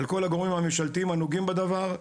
על כל הגורמים הממשלתיים הנוגעים בדבר,